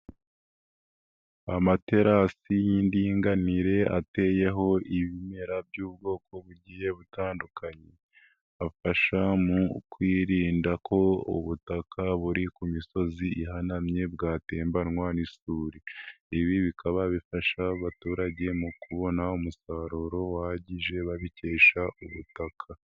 Amaterasite y'indinganire ateyeho ibimera by'ubwoko bugiye butandukanye. Afasha mu kwirinda ko ubutaka buri ku misozi ihanamye bwatembanwa n'isuri. Ibi bikaba bifasha abaturage mu kubona umusaruro uhagije babikesha ubutaka.